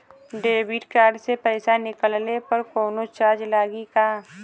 Debit card से पैसा निकलले पर कौनो चार्ज लागि का?